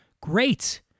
great